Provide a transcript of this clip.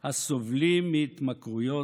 הסובלים מהתמכרויות?